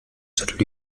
stadt